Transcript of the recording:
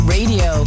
Radio